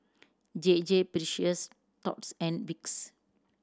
J J Precious Thots and Vicks